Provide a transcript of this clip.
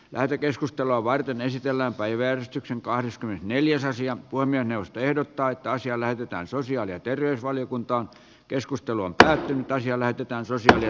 lähetekeskustelua varten esitellään päiväystyksen kahdeskymmenesneljäsosia voimien johto ehdottaa että asia lähetetään sosiaali ja terveysvaliokuntaa keskustelua käyty asia arvoisa herra puhemies